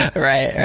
right,